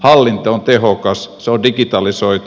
hallinto on tehokas se on digitalisoitu